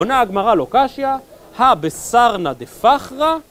עונה הגמרא: "לא קשיא, הא בסרנא דפחרא..."